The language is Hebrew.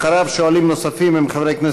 אנחנו רואים את זה ב"עמוס".